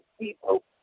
people